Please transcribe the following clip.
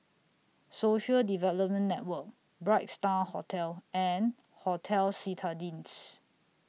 Social Development Network Bright STAR Hotel and Hotel Citadines